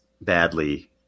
badly